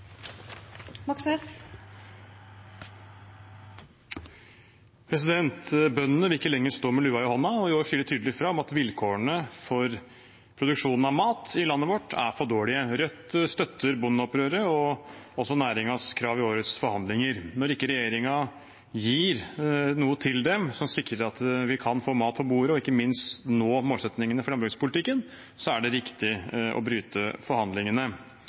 refererte til. Bøndene vil ikke lenger stå med lua i hånden, og i år sier de tydelig fra om at vilkårene for produksjonen av mat i landet vårt er for dårlige. Rødt støtter bondeopprøret og også næringens krav i årets forhandlinger. Når regjeringen ikke gir dem noe som sikrer at vi kan få mat på bordet og ikke minst nå målsettingene for landbrukspolitikken, er det riktig å bryte